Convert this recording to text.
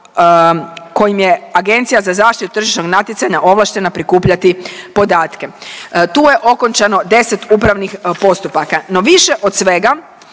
kojim je Agencija za zaštitu tržišnog natjecanja ovlaštena prikupljati podatke. Tu je okončano 10 upravnih postupaka. No više od svega